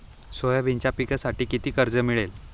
सोयाबीनच्या पिकांसाठी किती कर्ज मिळेल?